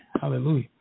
Hallelujah